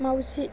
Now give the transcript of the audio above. माउजि